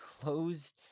closed